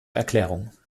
erklärung